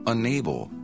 Unable